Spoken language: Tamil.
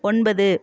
ஒன்பது